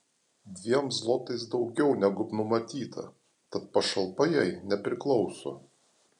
dviem zlotais daugiau negu numatyta tad pašalpa jai nepriklauso